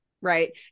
right